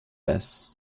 bass